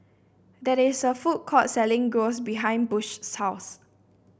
that is a food court selling Gyros behind Bush's house